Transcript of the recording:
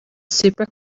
super